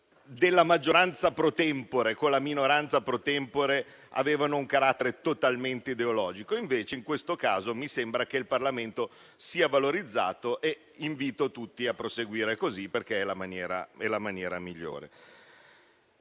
la maggioranza *pro tempore* e la minoranza *pro tempore* avevano un carattere totalmente ideologico. In questo caso, invece, mi sembra che il Parlamento sia valorizzato e invito tutti a proseguire così, perché è la maniera migliore.